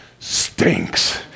stinks